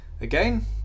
again